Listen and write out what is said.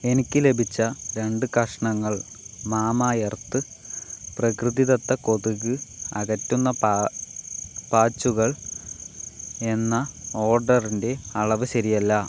എനിക്ക് ലഭിച്ച രണ്ട് കഷ്ണങ്ങൾ മാമാ എർത്ത് പ്രകൃതിദത്ത കൊതുക് അകറ്റുന്ന പാ പാച്ചുകൾ എന്ന ഓർഡറിന്റെ അളവ് ശരിയല്ല